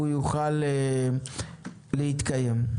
יוכל להתקיים.